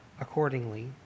accordingly